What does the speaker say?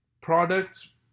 products